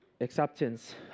Acceptance